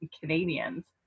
canadians